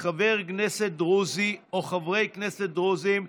חבר כנסת דרוזי או חברי כנסת דרוזים,